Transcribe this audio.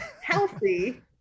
Healthy